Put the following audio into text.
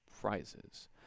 prizes